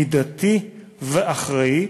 מידתי ואחראי,